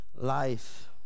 life